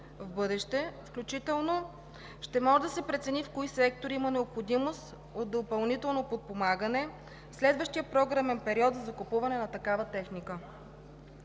в бъдеще, включително ще може да се прецени в кои сектори има необходимост от допълнително подпомагане в следващия програмен период за закупуване на такава техника.